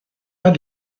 pas